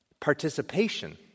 participation